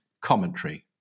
commentary